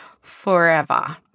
forever